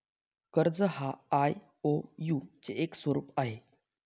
कर्ज हा आई.ओ.यु चे एक स्वरूप आहे